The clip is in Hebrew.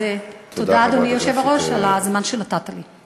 תודה, אדוני היושב-ראש, על הזמן שנתת לי.